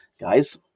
guys